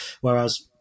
Whereas